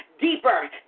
deeper